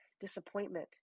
disappointment